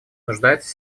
нуждается